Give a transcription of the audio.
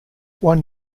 one